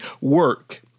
work